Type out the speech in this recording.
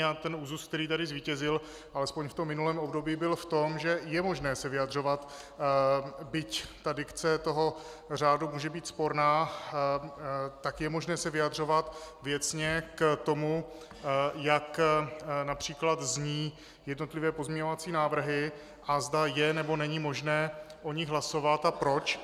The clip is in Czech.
A ten úzus, který tady zvítězil, alespoň v minulém období, byl v tom, že je možné se vyjadřovat, byť dikce toho řádu může být sporná, tak je možné se vyjadřovat věcně k tomu, jak například zní jednotlivé pozměňovací návrhy a zda je, nebo není možné o nich hlasovat a proč.